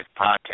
podcast